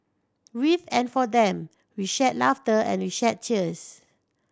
with and for them we shared laughter and we shed tears